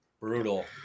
Brutal